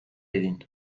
egin